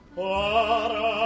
para